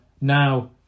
now